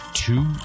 Two